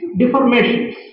deformations